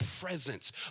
presence